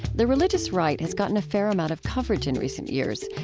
the religious right has gotten a fair amount of coverage in recent years.